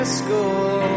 school